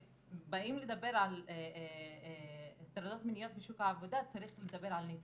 כשבאים לדבר על הטרדות מיניות בשוק העבודה צריך לדבר על נתונים,